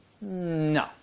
No